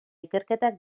ikerketak